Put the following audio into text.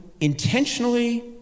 intentionally